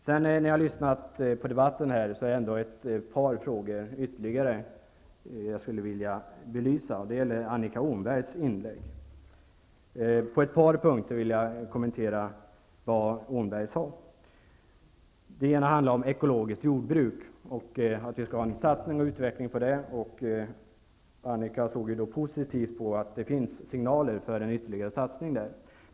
Efter att ha lyssnat på debatten finns det ett par ytterligare frågor jag skulle vilja belysa. Det gäller Annika Åhnbergs inlägg, och jag vill på ett par punkter kommentera det hon sade. En punkt handlade om att det skulle ske en satsning och utveckling av ekologiskt jordbruk. Annika Åhnberg såg positivt på att det finns signaler för en ytterligare satsning.